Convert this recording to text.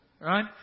Right